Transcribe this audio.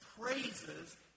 praises